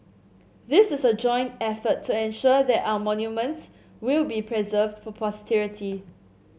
this is a joint effort to ensure that our monuments will be preserved for posterity